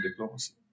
diplomacy